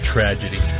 Tragedy